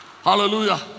Hallelujah